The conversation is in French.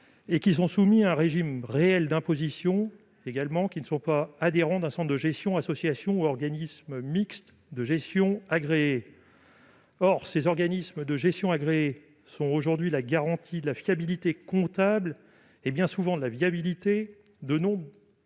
qui sont soumis à un régime réel d'imposition et qui ne sont pas adhérents d'un centre de gestion ou organisme mixte de gestion agréé. Or les organismes de gestion agréés sont aujourd'hui la garantie de la fiabilité comptable et, bien souvent, de la viabilité de nombreuses